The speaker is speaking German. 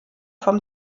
vom